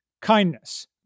kindness